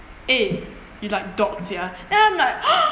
eh you like dog sia then I'm like